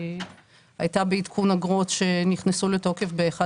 שהייתה בעדכון אגרות שנכנסו לתוקף ביום